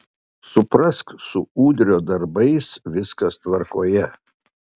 suprask su udrio darbais viskas tvarkoje